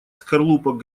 скорлупок